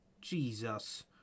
Jesus